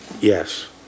Yes